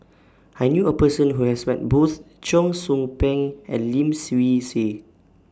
I knew A Person Who has Met Both Cheong Soo Pieng and Lim Swee Say